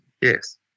Yes